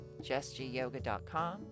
jessgyoga.com